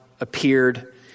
appeared